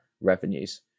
revenues